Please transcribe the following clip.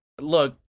Look